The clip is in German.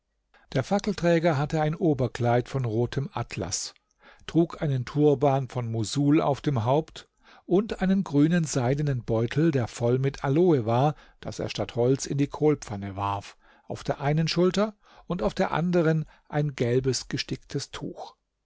der fackelträger hatte ein oberkleid von rotem atlas trug einen turban von moßul auf dem haupt und einen grünen seidenen beutel der voll mit aloe war das er statt holz in die kohlpfanne warf auf der einen schulter und auf der anderen ein gelbes gesticktes tuch